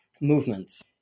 movements